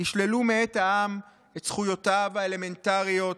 "ישללו מאת העם את זכויותיו האלמנטריות,